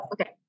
okay